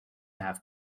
nav